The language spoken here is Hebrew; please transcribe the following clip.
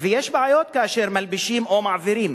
ויש בעיות כאשר מלבישים או מעבירים